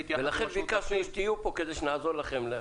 ולכן ביקשנו שתהיו פה כדי שנעזור לכם.